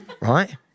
right